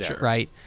right